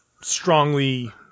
strongly –